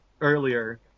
earlier